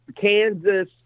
Kansas